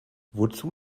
wozu